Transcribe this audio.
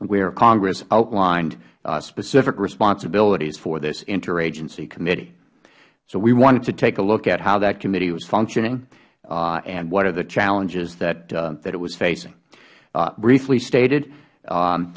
where congress outlined specific responsibilities for this interagency committee so we wanted to take a look at how that committee was functioning and what are the challenges that it was facing briefly stated